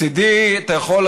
מצידי אתה יכול,